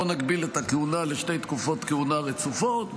בואו נגביל את הכהונה לשתי תקופות כהונה רצופות,